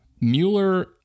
Mueller